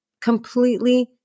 completely